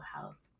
house